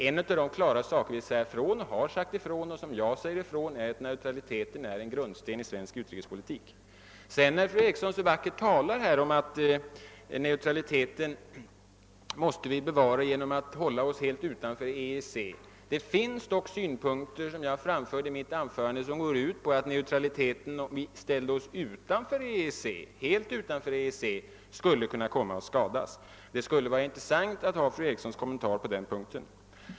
Fru Eriksson talade vidare så vackert om att neutraliteten måste bevaras genom att vi håller oss helt utanför EEC. Det finns dock synpunkter — jag framförde dem i mitt anförande — som går ut på att neutraliteten skulle kunna komma att skadas, om vi ställde oss helt utanför EEC. Det skulle vara intressant att få fru Erikssons kommentar på den punkten.